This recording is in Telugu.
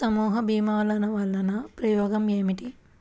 సమూహ భీమాల వలన ఉపయోగం ఏమిటీ?